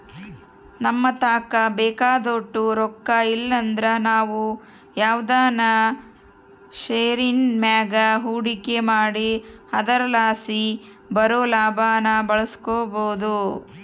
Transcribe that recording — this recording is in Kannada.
ನಮತಾಕ ಬೇಕಾದೋಟು ರೊಕ್ಕ ಇಲ್ಲಂದ್ರ ನಾವು ಯಾವ್ದನ ಷೇರಿನ್ ಮ್ಯಾಗ ಹೂಡಿಕೆ ಮಾಡಿ ಅದರಲಾಸಿ ಬರೋ ಲಾಭಾನ ಬಳಸ್ಬೋದು